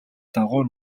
дагуу